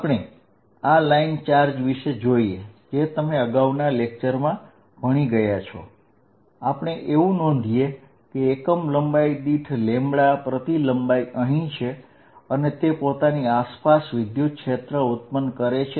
આપણે આ line charge વિશે જોઈએ જે તમે અગાઉના લેક્ચરમાં પ્રતિ એકમ લંબાઈના ચાર્જ વિશે જોયું અને આપણે જોયું કે તે પોતાની આસપાસ વિદ્યુતક્ષેત્ર ઉત્પન્ન કરે છે